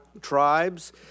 tribes